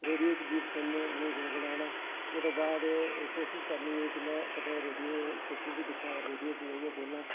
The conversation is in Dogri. रेडियो च गीत सुनने उनेंगी गुणगुनाना ओह्दे बाद कोशिश करनी कि मैं कदें रेडियो स्टेशन गी दिक्खां रेडियो च जाइयै बोलां